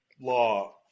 law